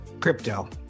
crypto